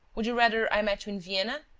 would you rather i met you in vienna?